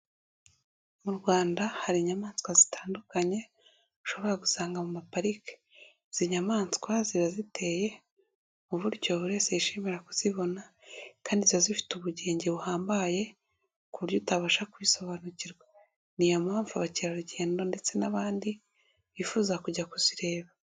Mu Rwanda hari inyamaswa zitandukanye ushobora gusanga mu mapariki. Izi nyamaswa ziba ziteye mu buryo buri wese yishimira kuzibona. Kandi ziba zifite ubugenge buhambaye ku buryo utabasha kubisobanukirwa. Ni iyo mpamvu abakerarugendo ndetse n'abandi bifuza kujya kuzireba.